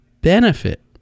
benefit